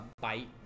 bite